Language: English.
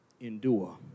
Endure